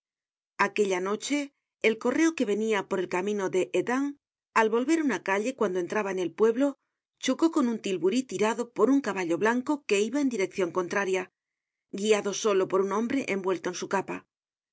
aquella noche el correo que venia por el camino de hesdin al vol ver una calle cuando entraba en el pueblo chocó con un tilburí tirado por un caballo blanco que iba en direccion contraria guiado solo por un hombre envuelto en su capa la